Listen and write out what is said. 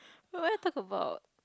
where talk about